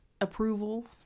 approval